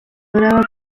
grava